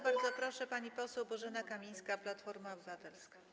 Bardzo proszę, pani poseł Bożena Kamińska, Platforma Obywatelska.